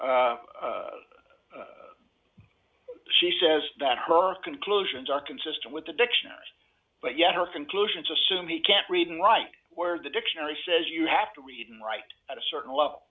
she says that her conclusions are consistent with the dictionary but yet her conclusions assume he can't read and write where the dictionary says you have to read and write at a certain level